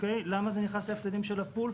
למה זה נכנס להפסדים של הפול?